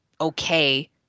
okay